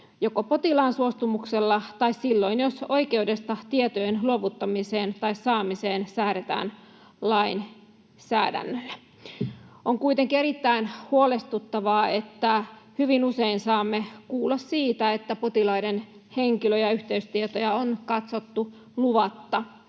joko potilaan suostumuksella tai silloin, jos oikeudesta tietojen luovuttamiseen tai saamiseen säädetään lainsäädännöllä. On kuitenkin erittäin huolestuttavaa, että hyvin usein saamme kuulla siitä, että potilaiden henkilö- ja yhteystietoja on katsottu luvatta.